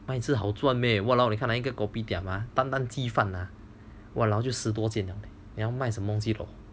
卖吃好赚 meh !walao! 你看了一个 kopitiam ah 单单鸡饭 !walao! 就是多间了你要卖什么鸡肉